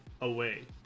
away